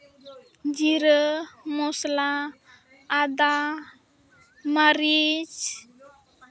ᱡᱤᱨᱟᱹ ᱢᱚᱥᱞᱟ ᱟᱫᱟ ᱢᱟᱹᱨᱤᱪ